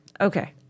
Okay